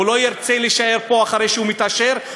הוא לא ירצה להישאר פה אחרי שהוא מתעשר,